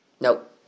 Nope